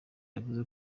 yavuze